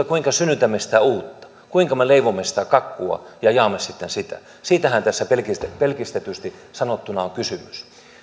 kuinka synnytämme sitä uutta kuinka me leivomme sitä kakkua ja sitten jaamme sitä siitähän tässä pelkistetysti sanottuna on kysymys